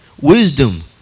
wisdom